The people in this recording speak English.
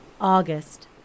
August